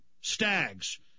stags